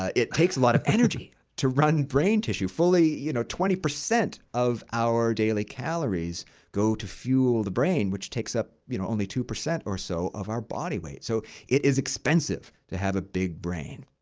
ah it takes a lot of energy to run brain tissue fully you know twenty percent of our daily calories go to fuel the brain, which takes up you know only two percent or so of our body weight. so, it is expensive to have a big brain.